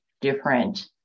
different